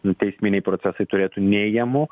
nu teisminiai procesai turėtų neigiamų